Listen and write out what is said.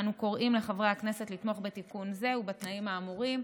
אנו קוראים לחברי הכנסת לתמוך בתיקון זה ובתנאים האמורים.